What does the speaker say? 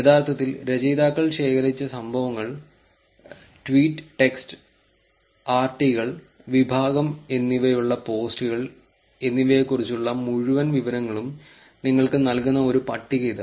യഥാർത്ഥത്തിൽ രചയിതാക്കൾ ശേഖരിച്ച സംഭവങ്ങൾ ട്വീറ്റ് ടെക്സ്റ്റ് ആർടികൾ വിഭാഗം എന്നിവയുള്ള പോസ്റ്റുകൾ എന്നിവയെക്കുറിച്ചുള്ള മുഴുവൻ വിവരങ്ങളും നിങ്ങൾക്ക് നൽകുന്ന ഒരു പട്ടിക ഇതാ